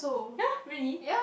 ye really